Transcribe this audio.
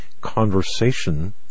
conversation